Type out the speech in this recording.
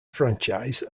franchise